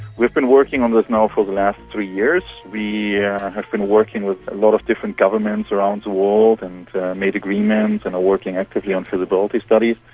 we've been working on this now for the last three years. we yeah have been working with a lot of different governments around the world and made agreements and are working actively on feasibility studies.